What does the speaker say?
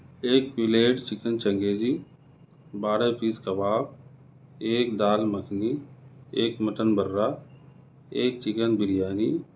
ایک plate chicken changezi بارہ piece kebab ایک دال مکھنی ایک مٹن برہ ایک چکن بریانی